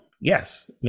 Yes